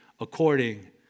according